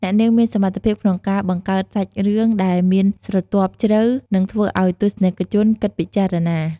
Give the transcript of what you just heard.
អ្នកនាងមានសមត្ថភាពក្នុងការបង្កើតសាច់រឿងដែលមានស្រទាប់ជ្រៅ និងធ្វើឱ្យទស្សនិកជនគិតពិចារណា។